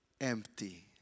empty